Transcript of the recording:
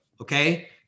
Okay